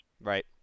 Right